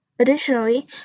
Additionally